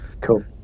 Cool